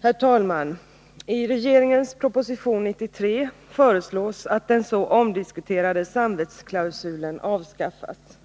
Herr talman! I regeringens proposition 1981/82:93 föreslås att den så omdiskuterade samvetsklausulen avskaffas.